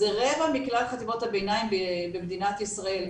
זה רבע מחטיבות הבינים במדינת ישראל,